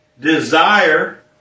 desire